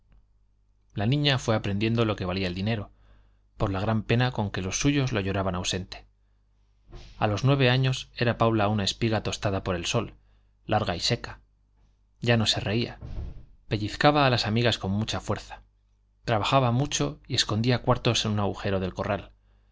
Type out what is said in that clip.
la niña fue aprendiendo lo que valía el dinero por la gran pena con que los suyos lo lloraban ausente a los nueve años era paula una espiga tostada por el sol larga y seca ya no se reía pellizcaba a las amigas con mucha fuerza trabajaba mucho y escondía cuartos en un agujero del corral